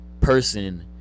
person